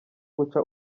guca